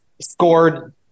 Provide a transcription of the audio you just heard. scored